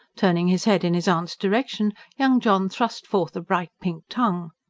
turning his head in his aunt's direction young john thrust forth a bright pink tongue.